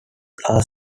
are